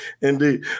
Indeed